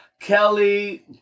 Kelly